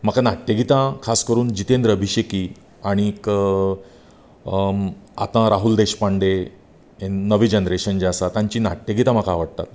म्हाका नाट्यगीतां खास करून जितेंंद्र अभिशेकी आनीक आतां राहूल देशपांडे हे नवे जनरेशन आसा तांची नाट्यगीतां म्हाका आवडटात